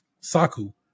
Saku